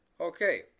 okay